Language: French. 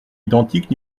identiques